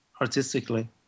artistically